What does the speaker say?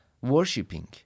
worshipping